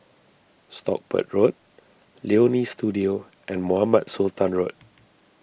Stockport Road Leonie Studio and Mohamed Sultan Road